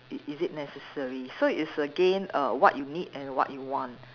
is is it necessary so it's again err what you need and what you want